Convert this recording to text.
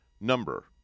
number